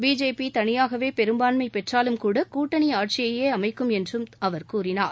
BJP தனியாகவே பெரும்பான்மை பெற்றாலும்கூட கூட்டணி ஆட்சியையே அமைக்கும் என்று அவர் கூறினார்